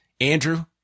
Andrew